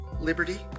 liberty